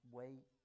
wait